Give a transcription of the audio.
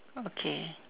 okay